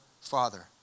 Father